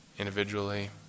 individually